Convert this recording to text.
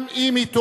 גם אם היא טועה,